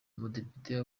umudepite